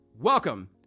welcome